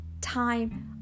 time